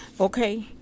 Okay